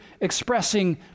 expressing